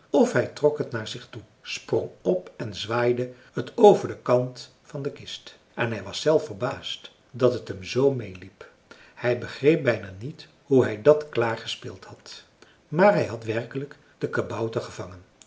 of hij trok het naar zich toe sprong op en zwaaide het over den kant van de kist en hij was zelf verbaasd dat het hem zoo meeliep hij begreep bijna niet hoe hij dat klaar gespeeld had maar hij had werkelijk den kabouter gevangen